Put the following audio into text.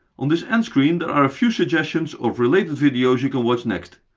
on this end screen, there are a few suggestions of related videos you can watch next.